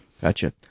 gotcha